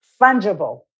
fungible